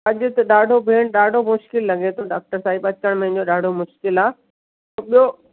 अॼु त ॾाढो भेण ॾाढो मुश्किल लॻे थो डॉक्टर साहिबु अचण में मुंहिंजो ॾाढो मुश्किल आहे ऐं ॿियो